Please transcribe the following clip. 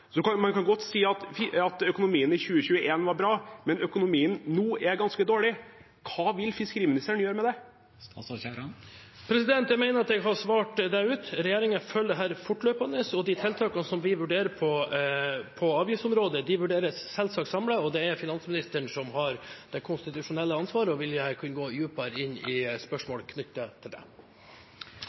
Så kan man godt si at økonomien i 2021 var bra, men økonomien nå er ganske dårlig. Hva vil fiskeriministeren gjøre med det? Jeg mener at jeg har svart det ut. Regjeringen følger dette fortløpende, og de tiltakene som vi vurderer på avgiftsområdet, vurderes selvsagt samlet. Det er finansministeren som har det konstitusjonelle ansvaret og vil kunne gå dypere inn i spørsmål knyttet til det.